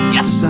Yes